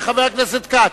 חבר הכנסת כץ,